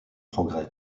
progrès